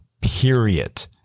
period